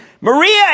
Maria